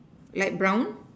light brown